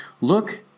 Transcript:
Look